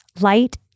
Light